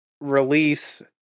Release